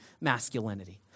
masculinity